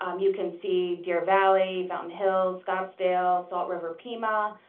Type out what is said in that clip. um you can see deer valley, fountain hills, scottsdale, salt river pima,